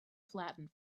flattened